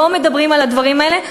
לא מדברים על הדברים האלה,